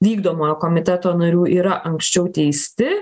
vykdomojo komiteto narių yra anksčiau teisti